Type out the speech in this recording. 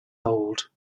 old